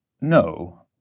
No